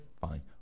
Fine